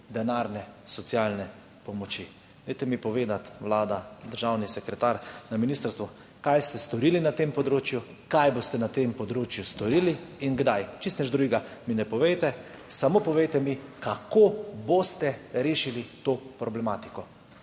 denarne socialne pomoči. Dajte mi povedati, vlada, državni sekretar na ministrstvu, kaj ste storili na tem področju, kaj boste na tem področju storili in kdaj. Čisto nič drugega mi ne povejte, samo povejte mi, kako boste rešili to problematiko,